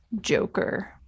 Joker